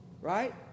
Right